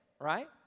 right